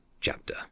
chapter